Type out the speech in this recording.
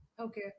Okay